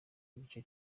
igice